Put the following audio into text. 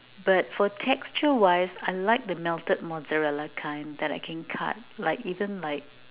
but for texture wise I like the melted mozzarella kind that I can cut like even like